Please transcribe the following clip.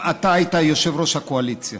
אתה היית יושב-ראש הקואליציה,